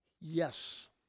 Yes